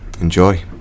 Enjoy